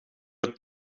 het